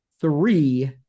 three